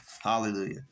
hallelujah